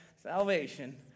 Salvation